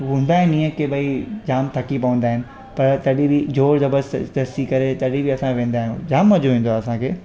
हूंदा आहिनि ईअं की भाई जाम थकी पवंदा आहिनि पर तॾहिं बि ज़ोर ज़बर दस्ती करे तॾहिं बि असां वेंदा आहियूं जाम मज़ो ईंदो आहे असांखे